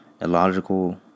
Illogical